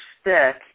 stick